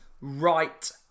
right